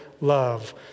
love